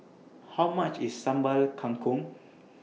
How much IS Sambal Kangkong